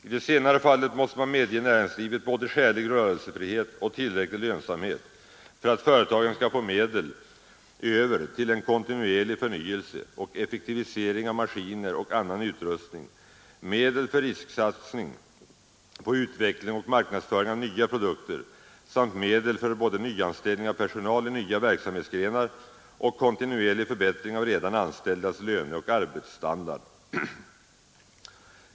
I det senare fallet måste man medge näringslivet både skälig rörelsefrihet och tillräcklig lönsamhet för att företagen skall få medel över till en kontinuerlig förnyelse och effektivisering av maskiner och annan utrustning, medel för risksatsning på utveckling och marknadsföring av nya produkter samt medel för både nyanställning av personal i nya verksamhetsgrenar och kontinuerlig förbättring av redan anställdas löneoch arbetsstandard.